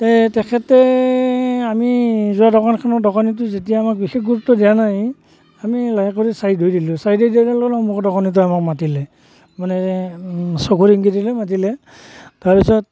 সেই তেখেতে আমি যোৱা দোকানখনত দোকানীটো যেতিয়া আমাক বিশেষ গুৰুত্ব দিয়া নাই আমি লাহেকৰি চাইড হৈ দিলোঁ চাইড হৈ দিয়াৰ লগে লগে সন্মুখৰ দোকানীটোয়ে আমাক মাতিলে মানে চকুৰ ইংগীতেৰে মাতিলে তাৰপিছত